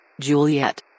Juliet